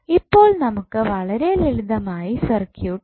ഇപ്പോൾ നമുക്ക് വളരെ ലളിതമായ സർക്യൂട്ട് ഉണ്ട്